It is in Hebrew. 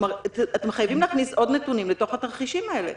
אתם חייבים להכניס עוד נתונים לתוך התרחישים האלה.